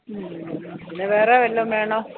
ഉം പിന്നെ വേറേ വെല്ലതും വേണോ